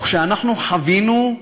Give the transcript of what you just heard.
וכשאנחנו חווינו,